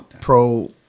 pro